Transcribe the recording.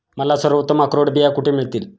मला सर्वोत्तम अक्रोड बिया कुठे मिळतील